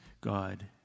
God